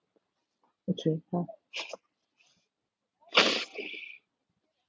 okay pause